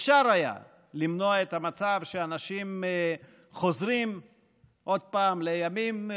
אפשר היה למנוע את המצב שאנשים חוזרים עוד פעם לימים של